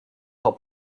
how